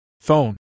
Phone